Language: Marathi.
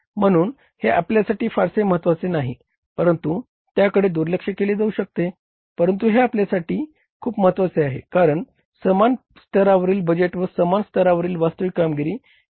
म्हणून हे आपल्यासाठी फारसे महत्वाचे नाही परंतु त्याकडे दुर्लक्ष केले जाऊ शकते परंतु हे आपल्यासाठी खूप महत्वाचे आहे कारण समान स्तरावरील बजेट व समान स्तरावरील वास्तविक कामगिरी या मध्ये फरक नसावा